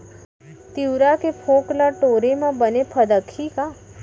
तिंवरा के फोंक ल टोरे म बने फदकही का?